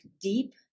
deep